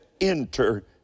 enter